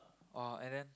oh and then